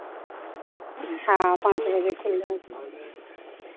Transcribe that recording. हाँ पाँच रुपए खुल्ले हो तो